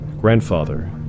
Grandfather